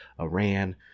Iran